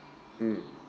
mm